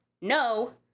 No